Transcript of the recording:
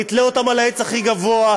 נתלה אותם על העץ הכי גבוה,